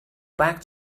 back